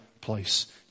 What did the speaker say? place